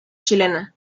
chilena